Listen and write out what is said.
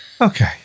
Okay